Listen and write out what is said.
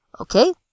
Okay